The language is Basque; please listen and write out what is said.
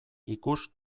ikus